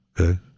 okay